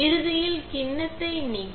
இறுதியில் கிண்ணத்தை நீக்க